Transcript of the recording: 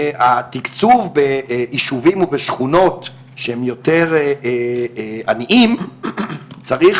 התיקצוב ביישובים ובשכונות שהם יותר עניים צריך